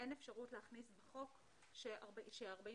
אין אפשרות להכניס בחוק ש-48